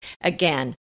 Again